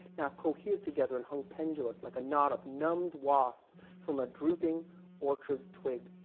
now cohered together and hung pendulous like a knot of numbed wasps from a drooping orchard twig.